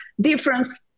difference